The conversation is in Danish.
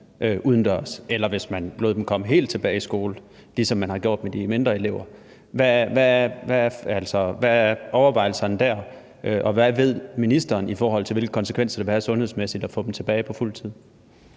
eller hvis man lod dem komme helt tilbage i skole, ligesom man har gjort med de mindre elever. Hvad er overvejelserne der? Og hvad ved ministeren, i forhold til hvilke konsekvenser det vil have sundhedsmæssigt at få dem tilbage på fuld tid?